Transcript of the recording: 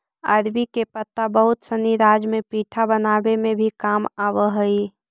अरबी के पत्ता बहुत सनी राज्य में पीठा बनावे में भी काम आवऽ हई